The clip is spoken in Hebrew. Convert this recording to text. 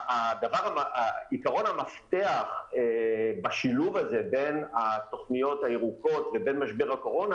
עקרון המפתח בשילוב הזה בין התוכניות הירוקות ובין משבר הקורונה